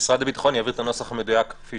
משרד הביטחון יעביר את הנוסח המדויק כפי